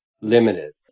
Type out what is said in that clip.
limited